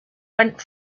went